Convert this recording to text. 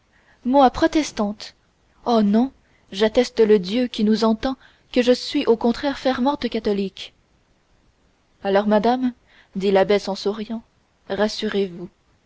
moi protestante oh non j'atteste le dieu qui nous entend que je suis au contraire fervente catholique alors madame dit l'abbesse en souriant